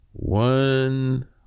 One